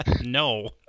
No